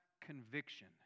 conviction